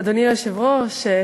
אדוני היושב-ראש,